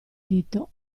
dito